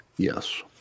Yes